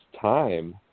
time